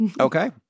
Okay